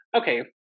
Okay